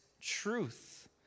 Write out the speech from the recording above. truth